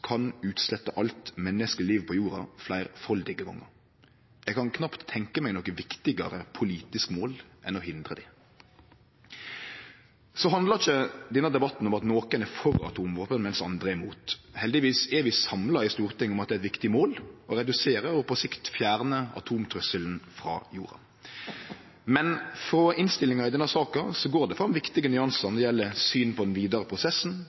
kan utslette alt menneskeliv på jorda fleirfaldige gonger. Eg kan knapt tenkje meg noko viktigare politisk mål enn å hindre det. Så handlar ikkje denne debatten om at nokon er for atomvåpen, mens andre er imot. Heldigvis står vi samla i Stortinget om at det er eit viktig mål å redusere og, på sikt, å fjerne atomtrusselen frå jorda. Men i innstillinga i denne saka går det fram viktige nyansar når det gjeld synet på den vidare prosessen,